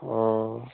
অঁ